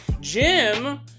Jim